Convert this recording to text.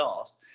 asked